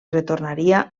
retornaria